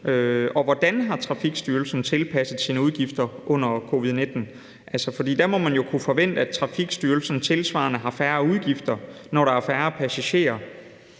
og hvordan har Trafikstyrelsen tilpasset sine udgifter under covid-19? For der må man jo kunne forvente, at Trafikstyrelsen tilsvarende har færre udgifter, når der er færre passagerer.